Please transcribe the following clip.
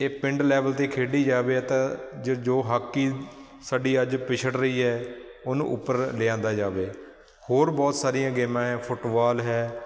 ਇਹ ਪਿੰਡ ਲੈਵਲ 'ਤੇ ਖੇਡੀ ਜਾਵੇ ਅਤੇ ਜੋ ਜੋ ਹਾਕੀ ਸਾਡੀ ਅੱਜ ਪਿਛੜ ਰਹੀ ਹੈ ਉਹਨੂੰ ਉੱਪਰ ਲਿਆਂਦਾ ਜਾਵੇ ਹੋਰ ਬਹੁਤ ਸਾਰੀਆਂ ਗੇਮਾਂ ਹੈ ਫੁੱਟਬਾਲ ਹੈ